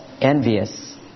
envious